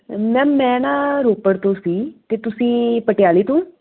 ma'am ਮੈਂ ਨਾ ਰੋਪੜ ਤੋਂ ਸੀ ਅਤੇ ਤੁਸੀਂ ਪਟਿਆਲੇ ਤੋਂ